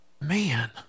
Man